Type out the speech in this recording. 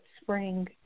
spring